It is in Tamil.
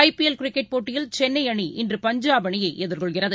ஐபிஎல் கிரிக்கெட் போட்டியில் சென்னைஅணி இன்று பஞ்சாப் அணியைஎதிர்கொள்கிறது